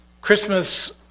Christmas